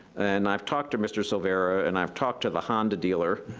and i've talked to mr. salvara, and i've talked to the honda dealer,